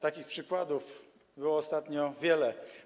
Takich przykładów było ostatnio wiele.